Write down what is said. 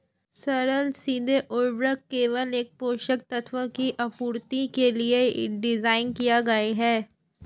सरल सीधे उर्वरक केवल एक पोषक तत्व की आपूर्ति के लिए डिज़ाइन किए गए है